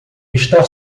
estar